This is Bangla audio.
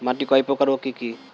মাটি কয় প্রকার ও কি কি?